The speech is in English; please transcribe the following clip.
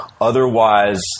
otherwise